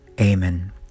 Amen